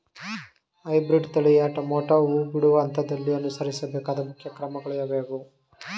Hybrid ತಳಿಯ tomato ಹೂ ಬಿಡುವ ಹಂತದಲ್ಲಿ ಅನುಸರಿಸಬೇಕಾದ ಮುಖ್ಯ ಕ್ರಮಗಳು ಯಾವುವು?